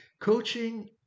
Coaching